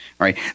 Right